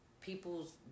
people's